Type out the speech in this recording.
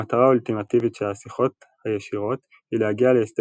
המטרה האולטימטיבית של השיחות הישירות היא להגיע להסדר